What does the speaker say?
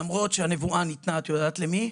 למרות שהנבואה ניתנה את יודעת למי,